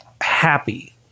happy